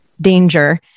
danger